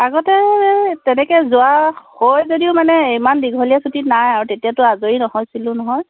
আগতে তেনেকে যোৱা হয় যদিও মানে ইমান দীঘলীয়া ছুটী নাই আৰু তেতিয়াতো আজৰি নহয়ছিলোঁ নহয়